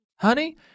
Honey